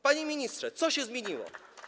Panie ministrze, co się zmieniło?